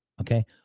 Okay